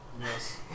Yes